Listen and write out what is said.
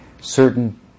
certain